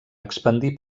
expandir